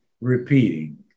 repeating